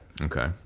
Okay